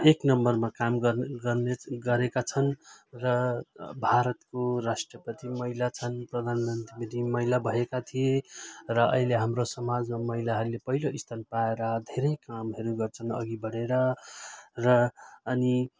एक नम्बरमा काम गर्ने गर्ने गरेका छन् र भारतको राष्ट्रपति महिला छन् प्रधानमन्त्री महिला भएका थिए र अहिले हाम्रो समाजमा महिलाहरूले पहिलो स्थान पाएर धेरै कामहरू गर्छन् अघि बढेर र अनि